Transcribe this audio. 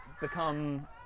Become